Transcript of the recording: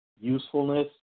usefulness